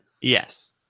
Yes